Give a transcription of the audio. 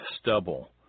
stubble